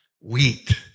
wheat